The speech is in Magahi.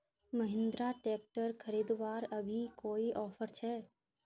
महिंद्रा ट्रैक्टर खरीदवार अभी कोई ऑफर छे?